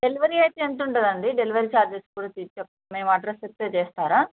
delivery అయితే ఎంత ఉంటుంది అండి డెలివరీ చార్జెస్ కూడా చెప్తే మేము అడ్రస్ ఇస్తే చేస్తారా